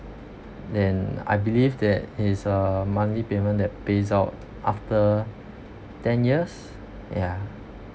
and I believe that is a monthly payment that pays out after ten years ya